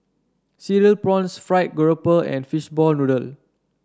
Cereal Prawns fried grouper and Fishball Noodle